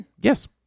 Yes